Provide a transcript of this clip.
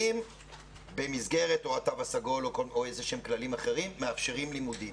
במסגרת התו הסגול או כללים אחרים מאפשרים לימודים.